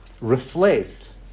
reflect